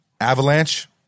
Avalanche